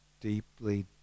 deeply